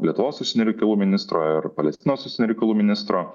lietuvos užsienio reikalų ministro ir palestinos užsienio reikalų ministro